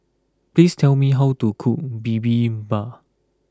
please tell me how to cook Bibimbap